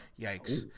Yikes